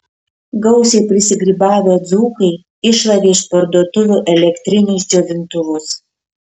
gausiai prisigrybavę dzūkai iššlavė iš parduotuvių elektrinius džiovintuvus